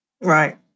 Right